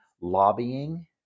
lobbying